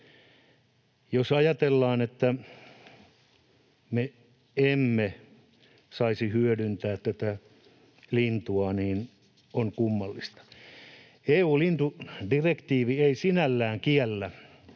Jos ajatellaan, että me emme saisi hyödyntää tätä lintua, niin on kummallista. EU-lintudirektiivi ei sinällään kiellä,